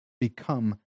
become